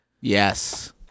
Yes